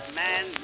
man